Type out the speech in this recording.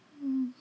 mm